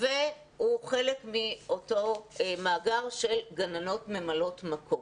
והוא חלק מאותו מאגר של גננות ממלאות מקום.